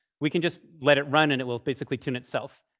we can just let it run, and it will basically tune itself.